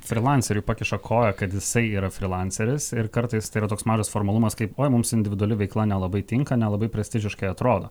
frylanceriui pakiša koją kad jisai yra frylanceris ir kartais tai yra toks mažas formalumas kaip oi mums individuali veikla nelabai tinka nelabai prestižiškai atrodo